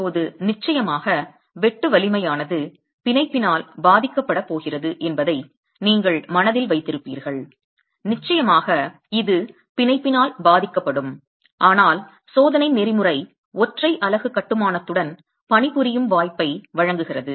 இப்போது நிச்சயமாக வெட்டு வலிமையானது பிணைப்பினால் பாதிக்கப்படப் போகிறது என்பதை நீங்கள் மனதில் வைத்திருப்பீர்கள் நிச்சயமாக இது பிணைப்பினால் பாதிக்கப்படும் ஆனால் சோதனை நெறிமுறை ஒற்றை அலகு கட்டுமானத்துடன் பணிபுரியும் வாய்ப்பை வழங்குகிறது